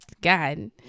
God